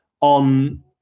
on